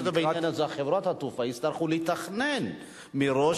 אני חושב שבעניין הזה חברות התעופה יצטרכו לתכנן מראש,